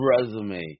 resume